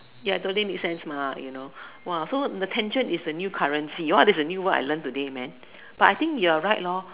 ya totally make sense you know so the tension is the new currency !wow! that's a new word I learn today man but I think you are right